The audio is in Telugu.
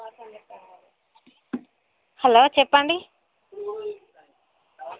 హలో చెప్పండి